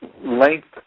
length